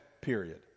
period